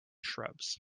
shrubs